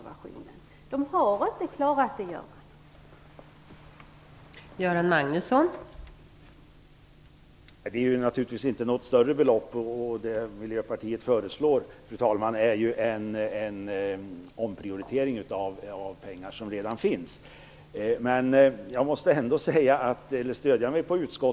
Domstolarna har inte klarat av det här, Göran Magnusson.